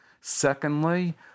Secondly